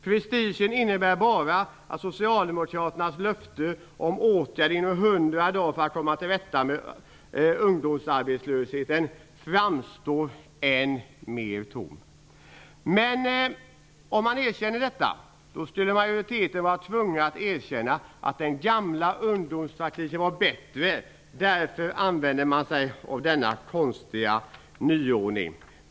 Prestigen innebär bara att socialdemokraternas löfte om åtgärd inom 100 dagar för att komma till rätta med ungdomsarbetslösheten framstår än mer tomt. Om man erkände detta skulle majoriteten vara tvungen att erkänna att den gamla ungdomspraktiken var bättre. Därför använder man sig av denna konstiga nyordning.